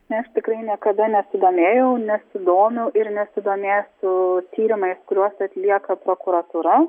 ne aš tikrai niekada nesidomėjau nesidomiu ir nesidomėsiu tyrimais kuriuos atlieka prokuratūra